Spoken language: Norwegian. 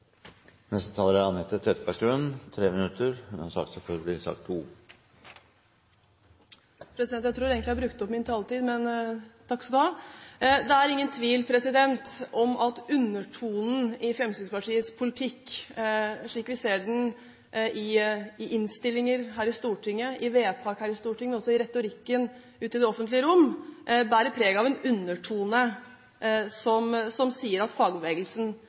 Det er ingen tvil om at undertonen i Fremskrittspartiets politikk, slik vi ser den i innstillinger og i vedtak her i Stortinget, og også i retorikken ute i det offentlige rom, bærer preg av en undertone, som sier at fagbevegelsen